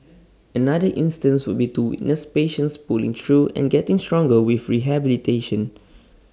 another instance would be to witness patients pulling through and getting stronger with rehabilitation